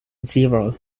zero